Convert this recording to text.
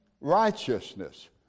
righteousness